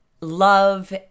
love